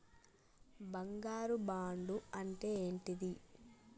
బంగారు బాండు అంటే ఏంటిది?